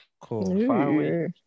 Cool